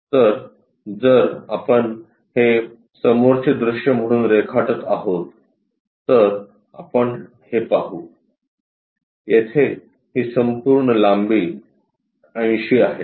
तर जर आपण हे समोरचे दृश्य म्हणून रेखाटत आहोत तर आपण हे पाहू येथे ही संपूर्ण लांबी 80 आहे